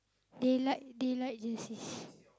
they like they like this is